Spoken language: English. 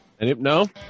No